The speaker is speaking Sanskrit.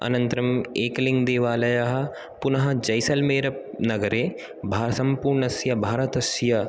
अनन्तरम् एकलिङ्गदेवालयः पुनः जैसल्मेर् नगरे भा सम्पूर्णस्य भारतस्य